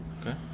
Okay